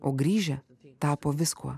o grįžę tapo viskuo